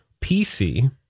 PC